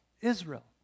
Israel